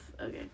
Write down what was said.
Okay